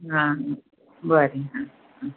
आ बरें आ आ चल